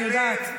אני יודעת,